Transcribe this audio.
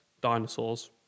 dinosaurs